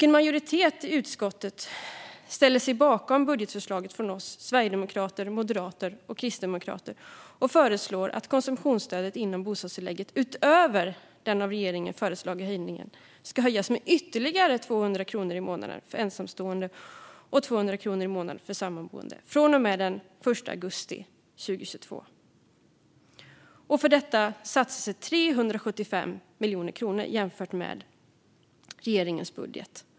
En majoritet i utskottet ställer sig bakom budgetförslaget från oss sverigedemokrater, moderater och kristdemokrater och föreslår att konsumtionsstödet inom bostadstillägget utöver den höjning som regeringen föreslagit ska höjas med ytterligare 200 kronor i månaden för ensamstående och 100 kronor i månaden för sammanboende från och med den 1 augusti 2022. För detta satsas 375 miljoner kronor mer jämfört med regeringens budget.